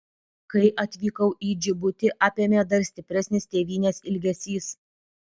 kai atvykau į džibutį apėmė dar stipresnis tėvynės ilgesys